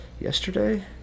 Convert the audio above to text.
yesterday